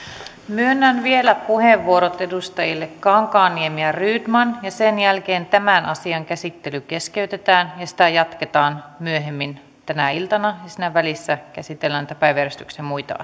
myönnän vielä puheenvuorot edustajille kankaanniemi ja rydman sen jälkeen tämän asian käsittely keskeytetään ja sitä jatketaan myöhemmin tänä iltana ja siinä välissä käsitellään päiväjärjestyksen muita